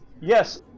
yes